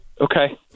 okay